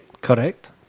Correct